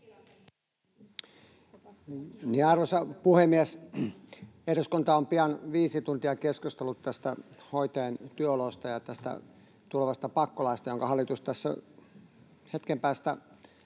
Arvoisa puhemies! Eduskunta on pian viisi tuntia keskustellut hoitajien työoloista ja tästä tulevasta pakkolaista, jonka hallitus tässä hetken päästä